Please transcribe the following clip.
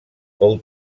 fou